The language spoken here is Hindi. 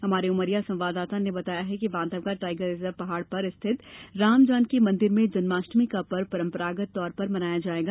हमारे उमरिया संवाददाता ने बताया कि बांधवगढ़ टाइगर रिजर्व पहाड़ पर स्थित राम जानकी मंदिर में जन्माष्टमी का पर्व परंपरागत तौर से मनाया जायेगा